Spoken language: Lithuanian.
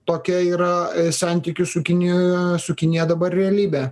tokia yra santykių su kinijoje su kinija dabar realybė